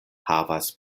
havas